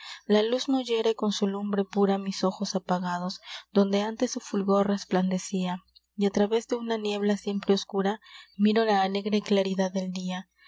la luz no hiere con su lumbre pura mis ojos apagados donde ántes su fulgor resplandecía y á través de una niebla siempre oscura miro la alegre claridad del dia